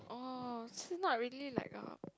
oh so not really like a